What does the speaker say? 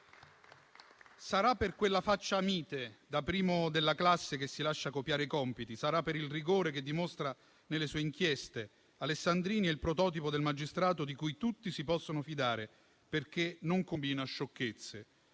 «sarà per quella faccia mite, da primo della classe che si lascia copiare i compiti, sarà per il rigore che dimostra nelle sue inchieste, Alessandrini è il prototipo del magistrato di cui tutti si possono fidare perché non combina sciocchezze».